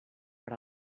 per